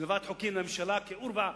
עם העברת חוקי ממשלה כעורבא,